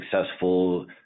successful